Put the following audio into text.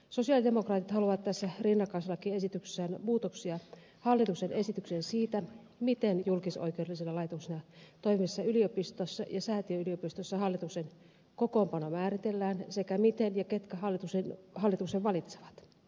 sosialidemokraatit haluavat tässä rinnakkaislakiesityksessään muutoksia hallituksen esitykseen siitä miten julkisoikeudellisena laitoksena toimivassa yliopistossa ja säätiöyliopistossa hallituksen kokoonpano määritellään sekä miten ja ketkä hallituksen valitsevat